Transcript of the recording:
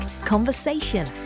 conversation